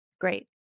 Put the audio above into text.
great